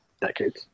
decades